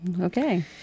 Okay